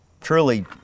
truly